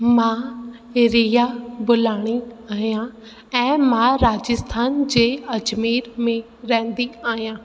मां रिया बुलाणी आहियां ऐं मां राजस्थान जे अजमेर में रहंदी आहियां